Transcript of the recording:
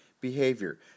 behavior